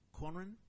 Cornyn